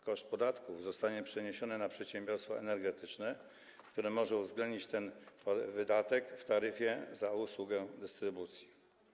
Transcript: Koszt podatku zostanie przeniesiony na przedsiębiorstwo energetyczne, które może uwzględnić ten wydatek w taryfie za usługę dystrybucji.